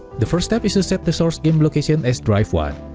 the first step is to set the source game location as drive one,